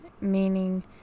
meaning